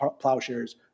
plowshares